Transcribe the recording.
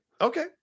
Okay